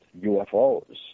UFOs